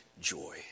joy